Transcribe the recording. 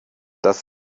das